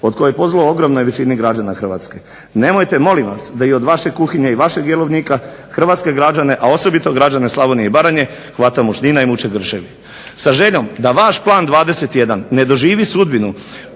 od koje je pozlilo ogromnoj većini građana Hrvatske. Nemojte molim vas da i od vaše kuhinje i vašeg jelovnika hrvatske građane, a osobito građane Slavonije i Baranje hvata mučnina i muče grčevi. Sa željom da vaš plan 21 ne doživi sudbinu